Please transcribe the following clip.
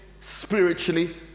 spiritually